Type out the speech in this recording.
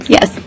Yes